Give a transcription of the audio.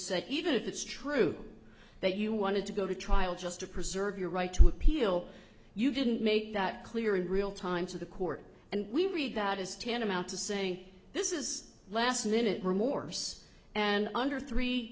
said even if it's true that you wanted to go to trial just to preserve your right to appeal you didn't make that clear in real time to the court and we read that is tantamount to saying this is last minute remorse and under three